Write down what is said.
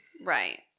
Right